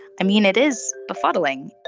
i mean it is befuddling